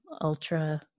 ultra